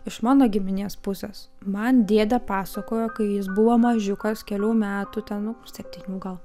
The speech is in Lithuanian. iš mano giminės pusės man dėdė pasakojo kai jis buvo mažiukas kelių metų ten nu septynių gal